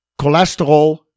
cholesterol